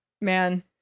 man